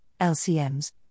LCMs